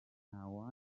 imisoro